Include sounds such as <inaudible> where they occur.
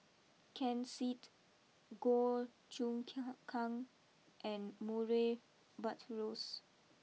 Ken Seet Goh Choon <unintelligible> Kang and Murray Buttrose